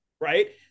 Right